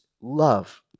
love